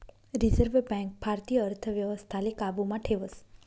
reserve bank भारतीय अर्थव्यवस्थाले काबू मा ठेवस